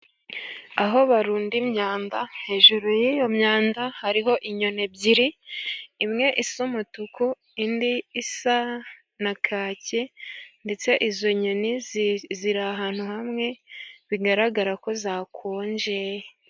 Aho barunda imyanda, hejuru y'iyo myanda hariho inyoni ebyiri imwe isa n'umutuku indi isa na kaki , ndetse izo nyoni ziri ahantu hamwe bigaragarako zakonje.